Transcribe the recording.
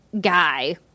guy